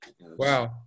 Wow